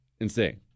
Insane